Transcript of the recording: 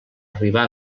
arribà